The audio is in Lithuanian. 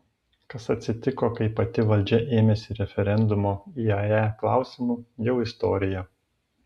kas atsitiko kai pati valdžia ėmėsi referendumo iae klausimu jau istorija